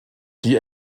die